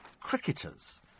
cricketers